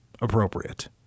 Appropriate